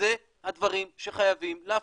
אלה הדברים שחייבים להפסיק,